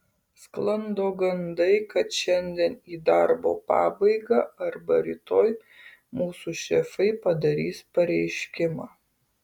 sklando gandai kad šiandien į darbo pabaigą arba rytoj mūsų šefai padarys pareiškimą